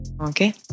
Okay